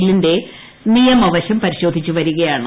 ബില്ലിന്റെ നിയമവശം പരിശോധിച്ച് വരികയാണ്